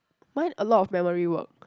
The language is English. mine a lot of memory work